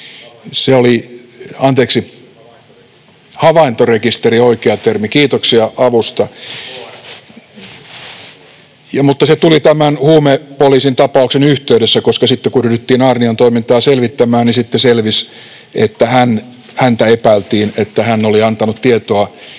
Havaintorekisteri!] Havaintorekisteri on oikea termi, kiitoksia avusta [Jukka Kopran välihuuto] — Se tuli tämän huumepoliisin tapauksen yhteydessä, koska sitten, kun ryhdyttiin Aarnion toimintaa selvittämään, selvisi, että häntä epäiltiin, että hän oli antanut tietoa tänne